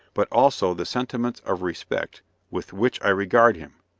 but also the sentiments of respect with which i regard him.